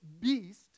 beast